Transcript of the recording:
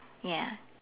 ya